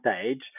stage